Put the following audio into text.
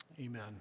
Amen